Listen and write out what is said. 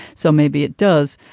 so maybe it does.